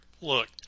Look